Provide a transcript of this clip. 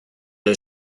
nel